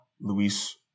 Luis